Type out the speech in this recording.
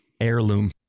Heirloom